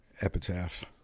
epitaph